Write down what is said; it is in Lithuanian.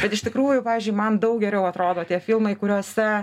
bet iš tikrųjų pavyzdžiui man daug geriau atrodo tie filmai kuriuose